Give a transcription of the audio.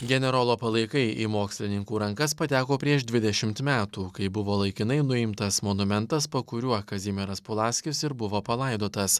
generolo palaikai į mokslininkų rankas pateko prieš dvidešimt metų kai buvo laikinai nuimtas monumentas po kuriuo kazimieras pulaskis ir buvo palaidotas